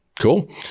Cool